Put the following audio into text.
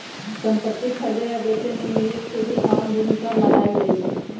संपति खरीदे आ बेचे मे निवेश के भी अहम भूमिका मानल जाई छई